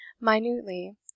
minutely